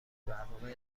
برنامه